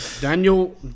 Daniel